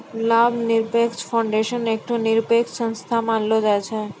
लाभ निरपेक्ष फाउंडेशन एकठो निरपेक्ष संस्था मानलो जाय छै